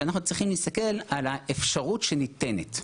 אנחנו צריכים להסתכל על האפשרות שניתנת.